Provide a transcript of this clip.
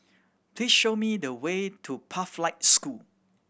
please show me the way to Pathlight School